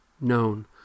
known